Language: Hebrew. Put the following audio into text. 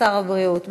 שר הבריאות,